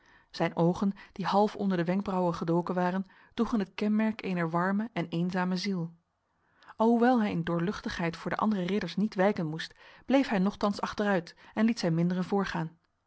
zijn ogen die half onder de wenkbrauwen gedoken waren droegen het kenmerk ener warme en eenzame ziel alhoewel hij in doorluchtigheid voor de andere ridders niet wijken moest bleef hij nochtans achteruit en liet zijn minderen voorgaan